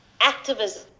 activism